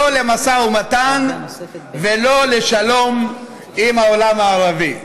לא למשא ומתן, ולא לשלום עם העולם הערבי.